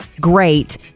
great